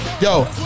yo